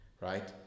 Right